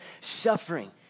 suffering